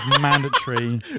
mandatory